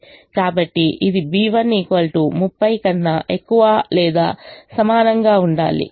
కాబట్టి ఇది b1 30 కన్నా ఎక్కువ లేదా సమానంగా ఉండాలి